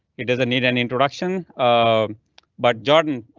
it doesn't need any introduction, um but jordan,